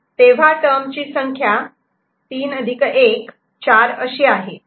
तेव्हा टर्मची संख्या 3 1 4 अशी आहे